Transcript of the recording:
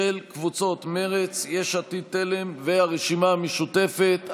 4, של קבוצות מרצ, יש עתיד-תל"ם והרשימה המשותפת.